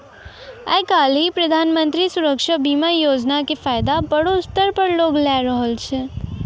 आइ काल्हि प्रधानमन्त्री सुरक्षा बीमा योजना के फायदा बड़ो स्तर पे लोग लै रहलो छै